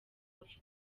hafi